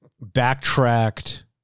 backtracked